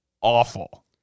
awful